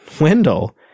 Wendell